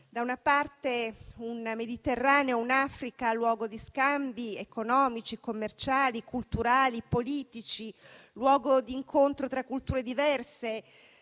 da una parte, un Mediterraneo e un'Africa luogo di scambi economici, commerciali, culturali, politici, luogo di incontro tra culture diverse,